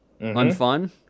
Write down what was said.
unfun